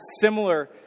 similar